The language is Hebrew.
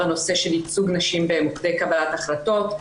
הנושא של ייצוג נשים במוקדי קבלת החלטות,